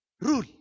rule